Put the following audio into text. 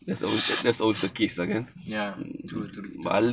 ya true true